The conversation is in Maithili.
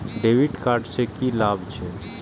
डेविट कार्ड से की लाभ छै?